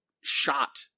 shot